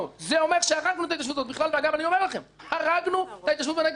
זה אומר הרגנו את ההתיישבות בנגב ובגליל.